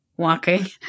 walking